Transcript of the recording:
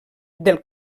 del